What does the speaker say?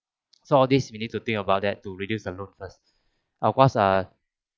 so all these we need to think about that to reduce the loan first of course ah